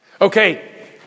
Okay